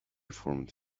formed